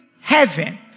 heaven